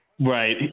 Right